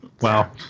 Wow